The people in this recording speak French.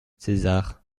césar